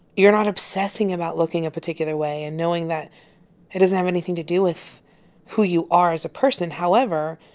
you're not obsessing about looking a particular way and knowing that it doesn't have anything to do with who you are as a person. however,